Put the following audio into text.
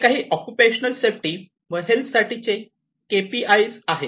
हे काही occupational safety व हेल्थ यासाठीचे केपीआई आहेत